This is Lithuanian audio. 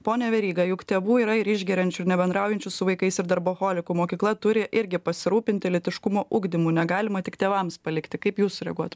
pone veryga juk tėvų yra ir išgeriančių ir nebendraujančių su vaikais ir darboholikų mokykla turi irgi pasirūpinti lytiškumo ugdymu negalima tik tėvams palikti kaip jūs sureaguot